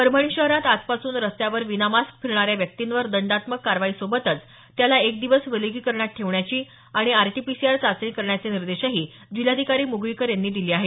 परभणी शहरात आजपासून रस्त्यावर विनामास्क फिरणाऱ्या व्यक्तींवर दंडात्मक कारवाई सोबतच त्याला एक दिवस विलगीकरणात ठेवण्याची आणि आरटीपीसीआर चाचणी करण्याचे निर्देशही जिल्हाधिकारी मुगळीकर यांनी दिले आहेत